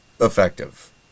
effective